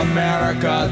America